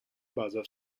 basa